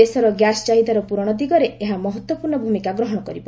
ଦେଶର ଗ୍ୟାସ୍ ଚାହିଦାର ପୂର୍ବଣ ଦିଗରେ ଏହା ମହତ୍ତ୍ୱପୂର୍ଣ୍ଣ ଭୂମିକା ଗ୍ରହଣ କରିବ